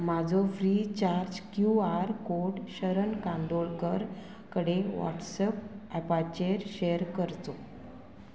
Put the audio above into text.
म्हाजो free charge Q R code Sharan Kandolkar कडेन WhatsApp ऍपाचेर शॅर करचो